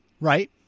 right